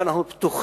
אבל אנחנו פתוחים